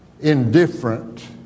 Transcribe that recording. indifferent